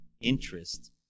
interest